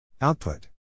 Output